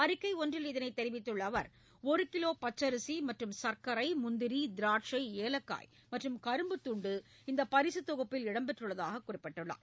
அறிக்கை ஒன்றில் இதனைத் தெரிவித்துள்ள அவர் ஒரு கிலோ பச்சரிசி மற்றும் சர்க்கரை முந்திரி திராட்சை ஏலக்காய் மற்றும் கரும்புத்துண்டு இந்த பரிசுத் தொகுப்பில் இடம்பெற்றுள்ளதாக குறிப்பிட்டுள்ளார்